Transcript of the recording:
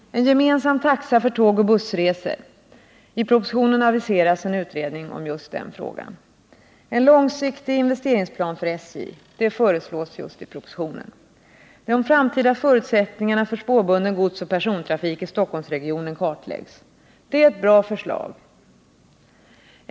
En gemensam taxa för tågoch bussresor. -- I propositionen aviseras en utredning om just den frågan. En långsiktig investeringsplan för SJ. — En sådan föreslås i propositionen. De framtida förutsättningarna för spårbunden godsoch persontrafik i Stockholmsregionen kartläggs. Det är ett bra förslag.